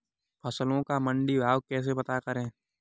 फसलों का मंडी भाव कैसे पता करें?